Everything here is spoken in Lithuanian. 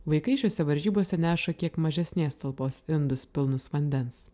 vaikai šiose varžybose neša kiek mažesnės talpos indus pilnus vandens